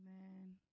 Amen